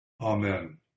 Amen